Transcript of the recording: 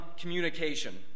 communication